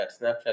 Snapchat